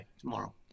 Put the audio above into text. tomorrow